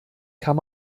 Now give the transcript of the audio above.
kann